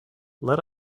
let